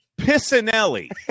Pisanelli